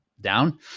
down